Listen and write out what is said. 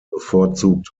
bevorzugt